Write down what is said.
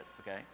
okay